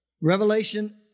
Revelation